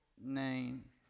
name